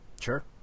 Sure